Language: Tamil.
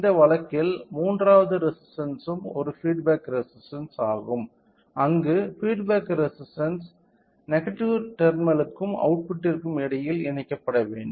இந்த வழக்கில் மூன்றாவது ரெசிஸ்டன்ஸ்ம் ஒரு பீட் பேக் ரெசிஸ்டன்ஸ் ஆகும் அங்கு பீட் பேக் ரெசிஸ்டன்ஸ் நெகடிவ் டெர்மினலுக்கும் அவுட்புட்டிற்கும் இடையில் இணைக்கப்பட வேண்டும்